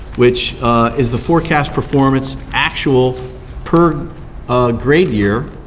which is the forecast performance actual per grade year